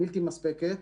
בלתי מספקת.